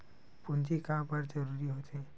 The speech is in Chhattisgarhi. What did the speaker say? पूंजी का बार जरूरी हो थे?